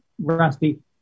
Rusty